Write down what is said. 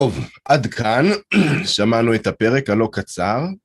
טוב, עד כאן שמענו את הפרק הלא קצר.